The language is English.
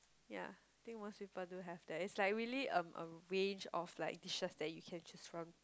ya think most people do have that it's like really um a range of like dishes that you can choose from